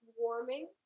warming